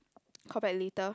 call back later